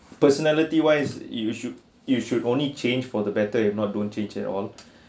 personality wise you should you should only changed for the better if not don't change at all